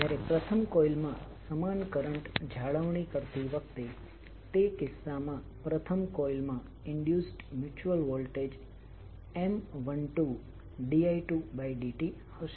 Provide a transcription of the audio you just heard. જ્યારે પ્રથમ કોઇલ માં સમાન કરંટ જાળવણી કરતી વખતે તે કિસ્સામાં પ્રથમ કોઇલ માં ઇન્ડ્યુસ્ડ મ્યુચ્યુઅલ વોલ્ટેજ M12di2dt હશે